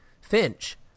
Finch